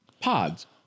pods